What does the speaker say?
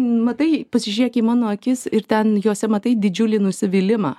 matai pasižiūrėk į mano akis ir ten jose matai didžiulį nusivylimą